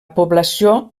població